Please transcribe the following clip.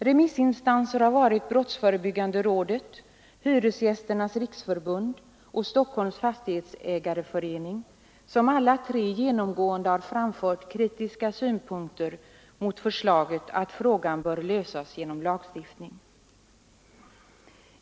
Remissinstanser har varit Brottsförebyggande rådet, Hyresgästernas riksförbund, Sveriges fastighetsägareförbund och Stockholms fastighetsägareförening, som alla fyra genomgående har framfört kritiska synpunkter mot att frågan skulle lösas genom lagstiftning.